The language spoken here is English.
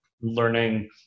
learning